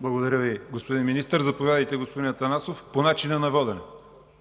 Благодаря Ви, господин Министър. Заповядайте, господин Атанасов – по начина на водене.